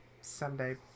Sunday